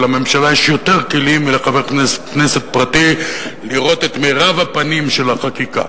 ולממשלה יש יותר כלים מלחבר כנסת פרטי לראות את מירב הפנים של החקיקה,